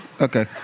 Okay